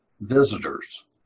Visitors